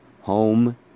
home